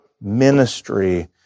ministry